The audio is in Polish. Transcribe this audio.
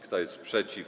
Kto jest przeciw?